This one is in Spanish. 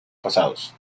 pasados